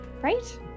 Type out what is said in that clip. Right